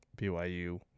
BYU